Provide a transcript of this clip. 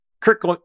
Kirk